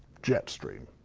jetstream,